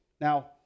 Now